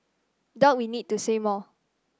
doubt we need to say more